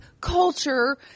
culture